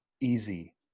easy